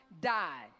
died